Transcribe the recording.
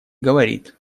говорит